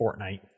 Fortnite